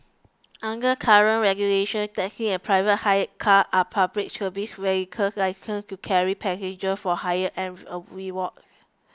under current regulations taxis and private hire cars are Public Service vehicles licensed to carry passengers for hire and a reward